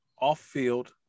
off-field